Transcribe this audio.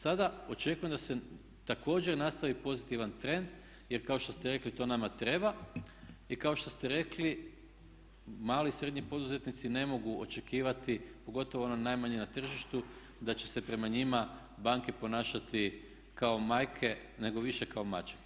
Sada očekujem da se također nastavi pozitivan trend, jer kao što ste rekli to nama treba i kao što ste rekli mali i srednji poduzetnici ne mogu očekivati pogotovo oni najmanji na tržištu da će se prema njima banke ponašati kao majke nego više kao maćehe.